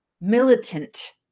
militant